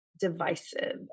divisive